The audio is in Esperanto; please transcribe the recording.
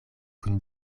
kun